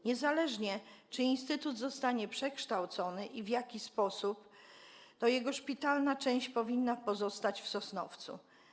Niezależnie od tego, czy instytut zostanie przekształcony i w jaki sposób, jego szpitalna część powinna pozostać w Sosnowcu.